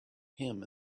him